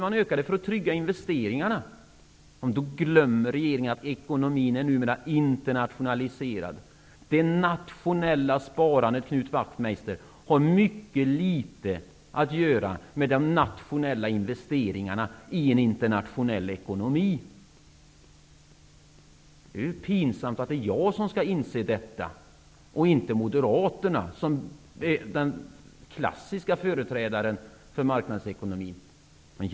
Är det för att trygga investeringarna? I så fall glömmer regeringen att ekonomin numera är internationaliserad. Det nationella sparandet, Knut Wachtmeister, har mycket litet att göra med de nationella investeringarna i en internationell ekonomi. Det är ju pinsamt att det är jag som skall inse detta och inte moderaterna, som är de klassiska företrädarna för marknadsekonomin.